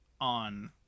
on